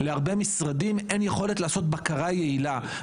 להרבה משרדים אין יכולת לעשות בקרה יעילה.